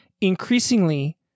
increasingly